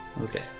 Okay